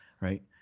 right